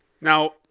Now